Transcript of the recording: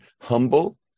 humble